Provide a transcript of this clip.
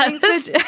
Thanks